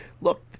Look